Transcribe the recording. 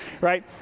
right